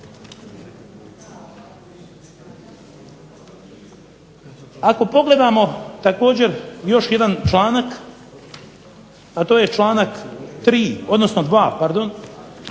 Ako pogledamo također još jedan članak, a to je članak 2. koji zapravo